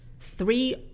Three